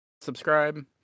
Subscribe